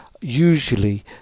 usually